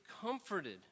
comforted